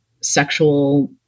sexual